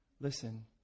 Listen